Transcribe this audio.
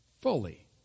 Fully